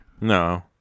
No